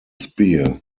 spear